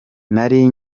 nari